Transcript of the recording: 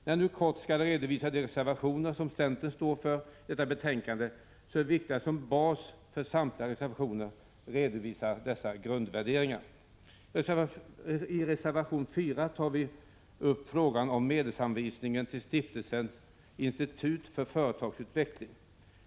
När jag nu kortfattat skall redovisa de reservationer som centern har fogat till detta betänkande är det viktigt att som en bas för samtliga reservationer redovisa dessa grundvärderingar. I reservation 4 tar vi upp frågan om medelsanvisning till Stiftelsen Institutet för Företagsutveckling.